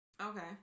okay